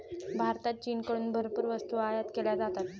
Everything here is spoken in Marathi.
भारतात चीनकडून भरपूर वस्तू आयात केल्या जातात